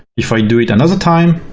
if i do it another time,